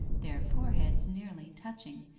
their foreheads nearly touching,